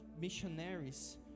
missionaries